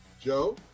Joe